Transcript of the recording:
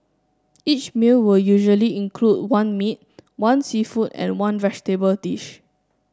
each meal will usually include one meat one seafood and one vegetable dish